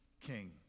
king